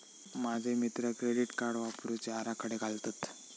माझे मित्र credit card वापरुचे आराखडे घालतत